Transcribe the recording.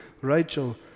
Rachel